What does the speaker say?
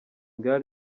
gaal